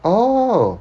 oh